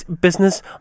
business